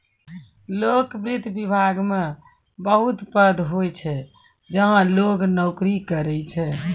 लोक वित्त विभाग मे बहुत पद होय छै जहां लोग नोकरी करै छै